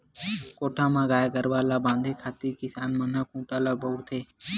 कोठा म गाय गरुवा ल बांधे खातिर किसान मन ह खूटा ल बउरथे